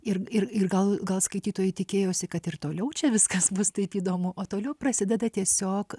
ir ir ir gal gal skaitytojai tikėjosi kad ir toliau čia viskas bus taip įdomu o toliau prasideda tiesiog